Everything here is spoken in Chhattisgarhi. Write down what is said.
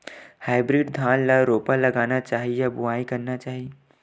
हाइब्रिड धान ल रोपा लगाना चाही या बोआई करना चाही?